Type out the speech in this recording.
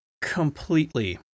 completely